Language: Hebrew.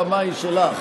הבמה היא שלך.